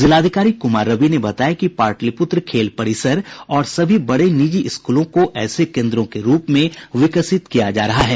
जिलाधिकारी कुमार रवि ने बताया कि पाटलिपुत्र खेल परिसर और सभी बड़े निजी स्कूलों को ऐसे केन्द्रों के रूप में विकसित किया जा रहा है